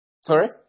sorry